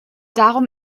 darum